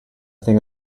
think